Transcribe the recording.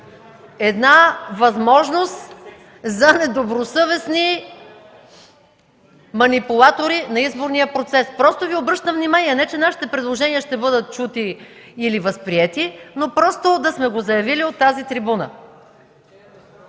една възможност за недобросъвестни манипулатори на изборния процес. Просто Ви обръщам внимание, не че нашите предложения ще бъдат чути или възприети, но просто да сме го заявили от тази трибуна.